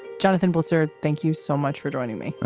jonathan bozer, thank you so much for joining me.